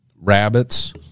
rabbits